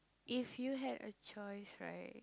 if you had a choice right